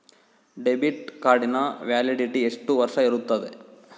Debit ಕಾರ್ಡಿನ validity ಎಷ್ಟು ವರ್ಷ ಇರುತ್ತೆ?